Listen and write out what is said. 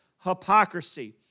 hypocrisy